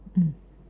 mm